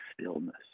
stillness